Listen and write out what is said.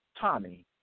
Tommy